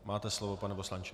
Máte slovo, pane poslanče.